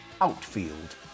outfield